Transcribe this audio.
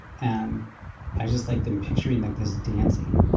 and i just like them picturing like this dancing,